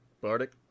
bardic